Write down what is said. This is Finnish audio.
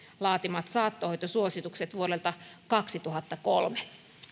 laatimat saattohoitosuositukset vuodelta kaksituhattakolme